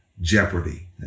Jeopardy